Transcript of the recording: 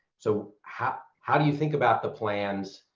so how how do you think about the plans,